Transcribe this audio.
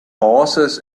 horses